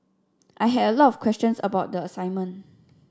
I had a lot of questions about the assignment